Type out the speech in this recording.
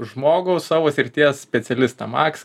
žmogų savo srities specialistą maks